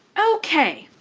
okay,